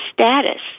status